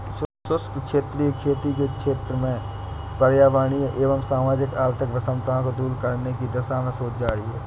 शुष्क क्षेत्रीय खेती के क्षेत्र में पर्यावरणीय एवं सामाजिक आर्थिक विषमताओं को दूर करने की दिशा में शोध जारी है